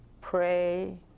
pray